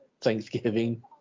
Thanksgiving